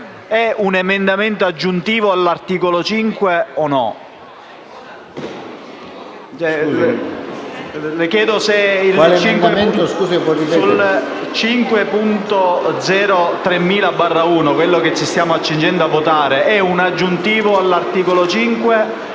subemendamento aggiuntivo all'articolo 5 senza